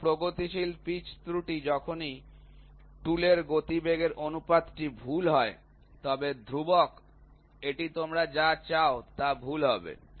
সুতরাং প্রগতিশীল পিচ ত্রুটি যখনই টুল এর গতিবেগ অনুপাতটি ভুল হয় তবে ধ্রুবক এটি তোমরা যা চাও তা ভুল হবে